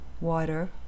Water